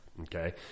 Okay